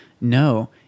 no